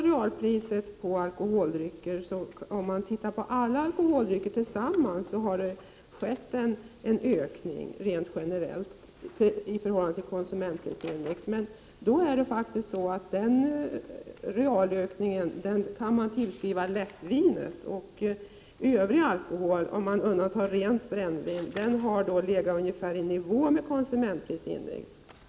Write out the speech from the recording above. Det har rent generellt skett en ökning av realpriset på alkoholdrycker i förhållande till konsumentprisindex om man ser på alla alkoholdrycker. Men denna realökning kan tillskrivas lättviner. Övriga alkoholpriser, med undantag för rent brännvin, har legat ungefär i nivå med konsumentprisindex.